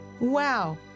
Wow